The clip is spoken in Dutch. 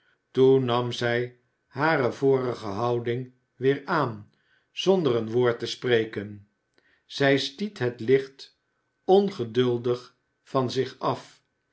toen nam zij hare vorige houding weer aan zonder een j woord te spreken zij stiet het licht ongeduldig van zich af